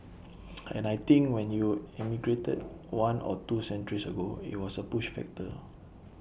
and I think when you emigrated one or two centuries ago IT was A push factor